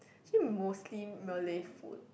actually mostly Malay food